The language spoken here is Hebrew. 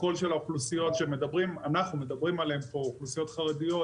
הקול של האוכלוסיות שאנחנו מדברים עליהן פה אוכלוסיות חרדיות,